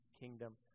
kingdom